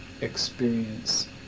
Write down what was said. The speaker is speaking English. experience